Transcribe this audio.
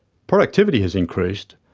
productivity has increased,